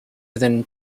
within